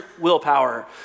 willpower